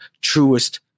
Truest